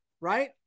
right